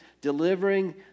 delivering